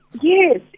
Yes